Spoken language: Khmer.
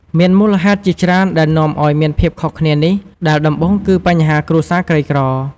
មានមូលហេតុជាច្រើនដែលនាំឲ្យមានភាពខុសគ្នានេះ ដែលដំបូងគឺបញ្ហាគ្រួសារក្រីក្រ។